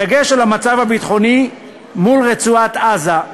בדגש על המצב הביטחוני מול רצועת-עזה,